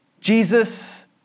Jesus